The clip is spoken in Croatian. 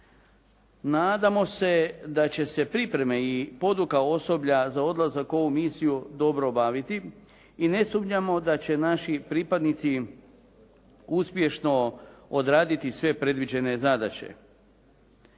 Nadamo se da će se pripreme i poduka osoblja za odlazak u ovu misiju dobro obaviti i ne sumnjamo da će naši pripadnici uspješno odraditi sve predviđene zadaće.